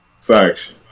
Facts